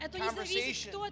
conversation